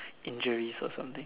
injuries or something